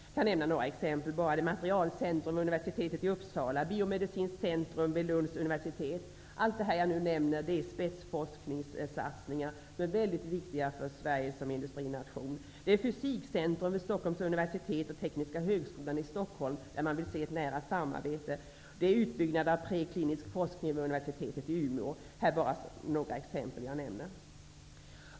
Jag kan nämna några exempel: Materialcentrum vid universitetet i Uppsala, Biomedicinskt centrum vid Lunds universitet -- allt som jag nu nämner är spetsforskningssatsningar som är mycket viktiga för Stockholm där man vill uppnå ett nära samarbete, utbyggnad av preklinisk forskning vid universitetet i Umeå. Detta var bara några exempel som jag ville nämna.